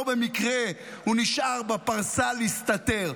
לא במקרה הוא נשאר בפרסה להסתתר.